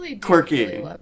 quirky